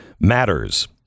matters